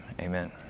Amen